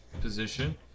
position